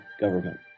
government